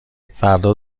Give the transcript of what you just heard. فردا